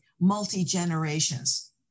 multi-generations